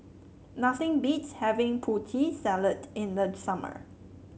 nothing beats having Putri Salad in the summer